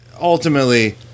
ultimately